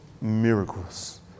miracles